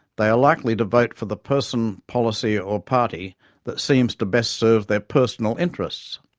they are likely to vote for the person, policy or party that seems to best serve their personal interests.